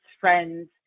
friends